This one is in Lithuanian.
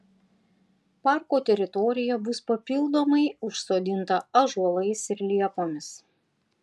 parko teritorija bus papildomai užsodinta ąžuolais ir liepomis